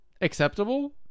acceptable